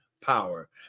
power